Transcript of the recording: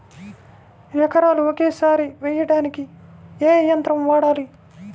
ఎకరాలు ఒకేసారి వేయడానికి ఏ యంత్రం వాడాలి?